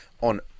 on